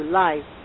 life